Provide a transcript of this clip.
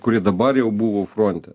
kurie dabar jau buvo fronte